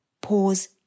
pause